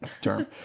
term